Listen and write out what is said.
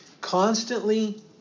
Constantly